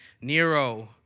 Nero